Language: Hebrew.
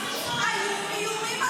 כי היו איומים.